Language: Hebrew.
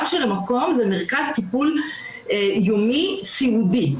של מקום שהוא מרכז טיפול יומי סיעודי.